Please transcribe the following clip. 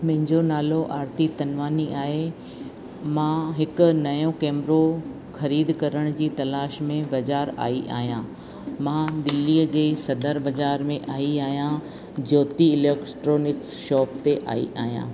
मुंहिंजो नालो आरती तनवानी आहे मां हिकु नयो कैमरो ख़रीद करण जी तलाश में बाज़ारि आई आहियां मां दिल्ली जे सदर बाजार में आइ आहियां ज्योति इलैक्ट्रॉनिक्स शॉप ते आई आहियां